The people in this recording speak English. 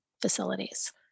facilities